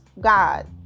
God